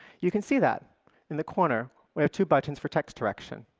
you can see that in the corner we have two buttons for text direction.